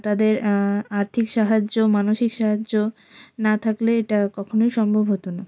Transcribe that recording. তাদের আর্থিক সাহায্য মানসিক সাহায্য না থাকলে এটা কখনোই সম্ভব হতো না